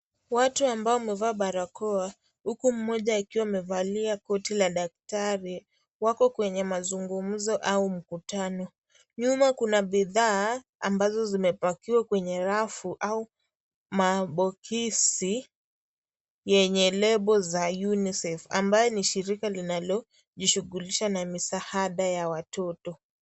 Watu ambao amevaa barakoa uku mmoja akiwa amevalia koti la daktari wako kwenye mazungumzo au mkutano, nyuma kuna bidhaa ambazo zimepakiwa kwenye maboxi unicef ambalo ni shilika la misaada ya watoto.